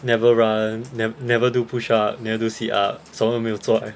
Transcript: never run nev~ never do push up never do sit up 什么都没有做诶